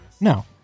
No